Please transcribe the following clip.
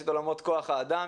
יש את עולמות כוח האדם,